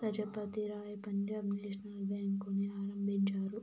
Lajpat Rai Punjab National బేంకుని ఆరంభించారు